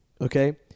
Okay